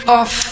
off